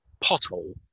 pothole